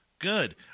good